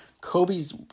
Kobe's